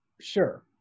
Sure